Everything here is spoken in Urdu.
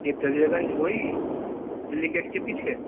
یہ دریا گنج وہی دلّی گیٹ کے پیچھے